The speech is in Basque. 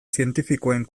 zientifikoen